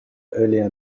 earlier